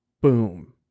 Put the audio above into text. boom